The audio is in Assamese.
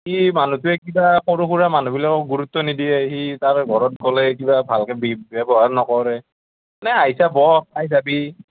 সি মানুহটোৱে কিবা সৰু সুৰা মানুহবিলাকক গুৰুত্ব নিদিয়ে সি তাৰ ঘৰত গ'লে কিবা ভালকৈ ব্যৱহাৰ নকৰে মানে আহিছা বহ খাই যাবি